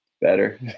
better